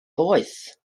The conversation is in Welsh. boeth